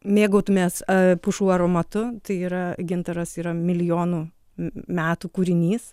mėgautumės pušų aromatu tai yra gintaras yra milijonų metų kūrinys